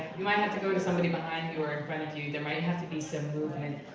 you might have to go to somebody behind you or in front of you, there might have to be some movement.